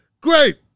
great